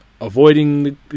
avoiding